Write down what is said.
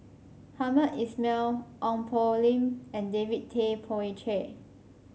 Hamed Ismail Ong Poh Lim and David Tay Poey Cher